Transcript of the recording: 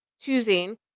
choosing